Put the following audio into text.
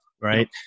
Right